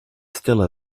still